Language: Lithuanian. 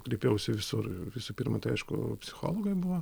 kreipiausi visur visų pirma tai aišku psichologai buvo